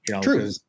True